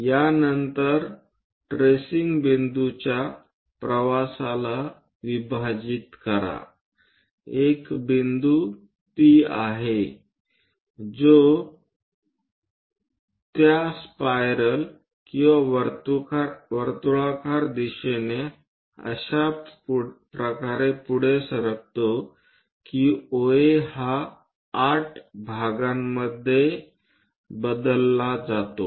यानंतर ट्रेसिंग बिंदूच्या प्रवासाला विभाजित करा एक बिंदू P आहे जो त्या स्पायरल किंवा वर्तुळाकार दिशेने अशा प्रकारे पुढे सरकतो की OA हा 8 भागांमध्ये बदलला जातो